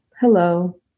hello